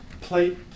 plate